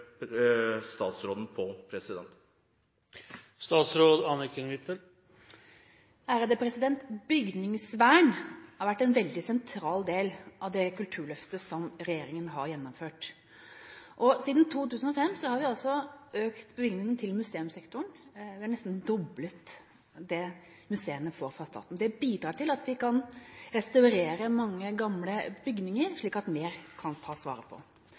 statsråden på noen av dem. Bygningsvern har vært en veldig sentral del av det Kulturløftet som regjeringen har gjennomført. Siden 2005 har vi økt bevilgningene til museumssektoren – nesten doblet det museene får fra staten. Det bidrar til at vi kan restaurere mange gamle bygninger, slik at mer kan tas vare på.